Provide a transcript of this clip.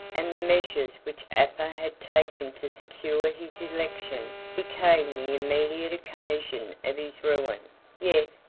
and the measures which aper had taken to secure his election became the immediate occasion of his ruin yet,